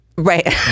Right